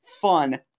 fun